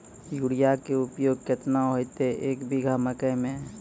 Urea के उपयोग केतना होइतै, एक बीघा मकई मे?